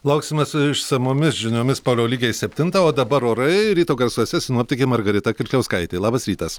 lauksime su išsamiomis žiniomis paro lygiai septintą o dabar orai ryto garsuose sinoptikė margarita kirkliauskaitė labas rytas